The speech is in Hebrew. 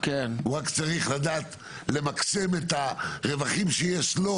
הוא רק צריך לדעת למקסם את הרווחים שיש לו